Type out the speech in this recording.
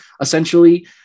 essentially